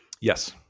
Yes